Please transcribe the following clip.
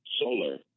solar